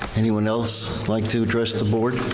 anyone else like to address the board?